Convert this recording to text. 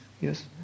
Yes